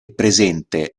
presente